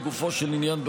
לגופו של עניין,